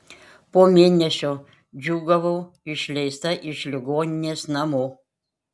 po mėnesio džiūgavau išleista iš ligoninės namo